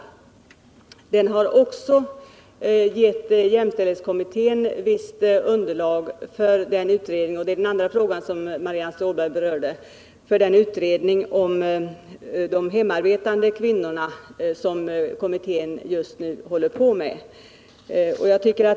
Den har också — och det är ett svar på den andra fråga som Marianne Stålberg berörde — givit jämställdhetskommittén visst underlag för den utredning om de hemarbetande kvinnorna som kommittén just nu bedriver.